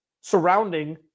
surrounding